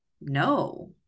no